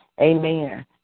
Amen